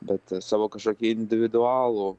bet savo kažkokį individualų